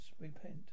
repent